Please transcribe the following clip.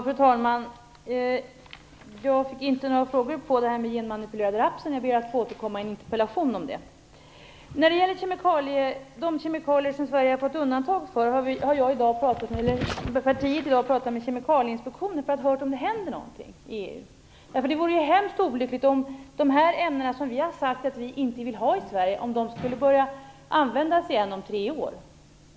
Fru talman! Jag fick inget svar på frågan om genmanipulerad raps. Jag ber att få återkomma i en interpellation. När det gäller de kemikalier som Sverige har fått undantag för har partiet i dag pratat med Kemikalieinspektionen för att höra om det händer någonting i EU. Det vore väldigt olyckligt om de ämnen som vi har sagt att vi inte vill ha i Sverige skulle börja användas igen om tre år.